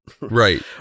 right